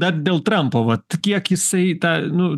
dar dėl trampo vat kiek jisai tą nu